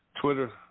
Twitter